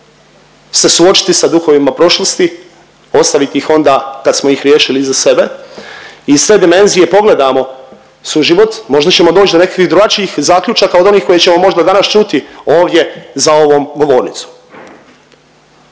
se suočiti sa duhovima prošlosti, ostaviti ih onda kad smo ih riješili iza sebe iz te dimenzije pogledamo suživot možda ćemo doć do nekakvih drugačijih zaključaka od onih koje ćemo možda danas čuti ovdje za ovom govornicom.